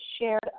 shared